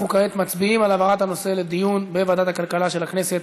אנחנו כעת מצביעים על העברת הנושא לדיון בוועדת הכלכלה של הכנסת.